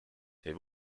they